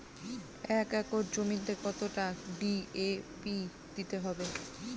এক একর জমিতে কতটা ডি.এ.পি দিতে হবে?